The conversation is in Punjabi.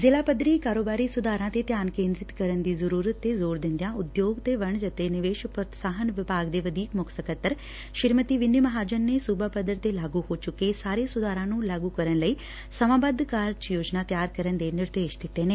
ਜ਼ਿਲਾ ਪੱਧਰੀ ਕਾਰੋਬਾਰੀ ਸੁਧਾਰਾਂ ਤੇ ਧਿਆਨ ਕੇਂਦਰਤ ਕਰਨ ਦੀ ਜ਼ਰੁਰਤ ਤੇ ਜ਼ੋਰ ਦਿੰਦਿਆਂ ਉਦਯੋਗ ਤੇ ਵਣਜ ਅਤੇ ਨਿਵੇਸ਼ ਪ੍ਰੋਤਸਾਹਨ ਵਿਭਾਗ ਦੇ ਵਧੀਕ ਮੁੱਖ ਸਕੱਤਰ ਸ੍ਰੀਮਤੀ ਵਿਨੀ ਮਹਾਜਨ ਨੇ ਸੁਬਾ ਪੱਧਰ ਤੇ ਲਾਗੁ ਹੋ ਚੁੱਕੇ ਸਾਰੇ ਸੁਧਾਰਾਂ ਨੂੰ ਲਾਗੁ ਕਰਨ ਲਈ ਸਮਾਬੱਧ ਕਾਰਜ ਯੋਜਨਾ ਤਿਆਰ ਕਰਨ ਦੇ ਨਿਰਦੇਸ਼ ਦਿੱਤੇ ਨੇ